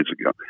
ago